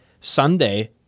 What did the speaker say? Sunday